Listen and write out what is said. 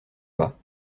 bas